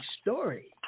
story